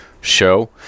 show